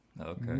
Okay